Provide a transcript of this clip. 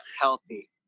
healthy